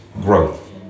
growth